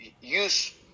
use